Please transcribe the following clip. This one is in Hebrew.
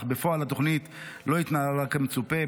אך בפועל התוכנית לא התנהלה כמצופה.